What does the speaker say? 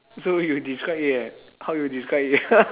so you describe it eh how you describe it